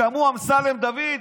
שמעו "אמסלם דוד",